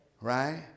Right